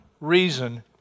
reason